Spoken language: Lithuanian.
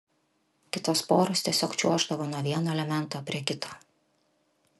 kitos poros tiesiog čiuoždavo nuo vieno elemento prie kito